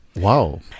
Wow